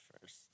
first